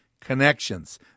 connections